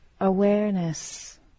awareness